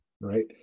right